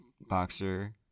boxer